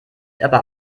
aber